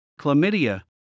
chlamydia